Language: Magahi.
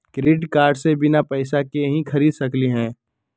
क्रेडिट कार्ड से बिना पैसे के ही खरीद सकली ह?